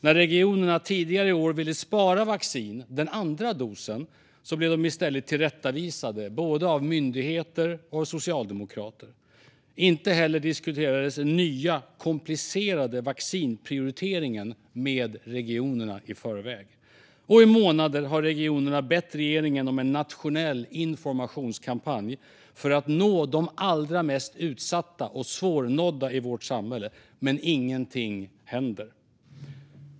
När regionerna tidigare i år ville spara vaccin, den andra dosen, blev de i stället tillrättavisade av både myndigheter och socialdemokrater. Inte heller diskuterades den nya, komplicerade vaccinprioriteringen med regionerna i förväg. I månader har regionerna bett regeringen om en nationell informationskampanj för att nå de allra mest utsatta och svårnådda i vårt samhälle, men ingenting händer.